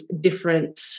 different